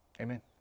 Amen